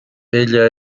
ella